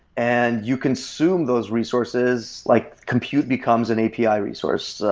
and you consume those resources like compute becomes an api ah resource,